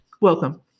welcome